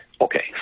Okay